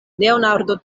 leonardo